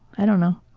i don't know.